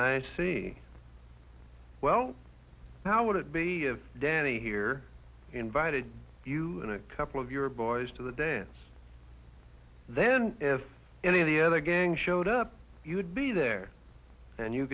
i see well how would it be of danny here invited you in a couple of your boys to the days then if any of the other gang showed up you'd be there and you